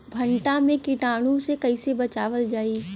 भनटा मे कीटाणु से कईसे बचावल जाई?